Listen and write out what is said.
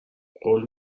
قول